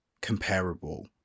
comparable